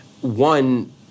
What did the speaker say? One